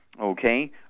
Okay